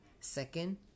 Second